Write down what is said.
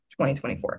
2024